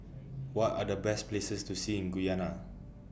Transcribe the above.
What Are The Best Places to See in Guyana